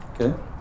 Okay